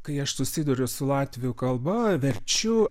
kai aš susiduriu su latvių kalba verčiu